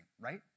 right